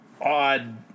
odd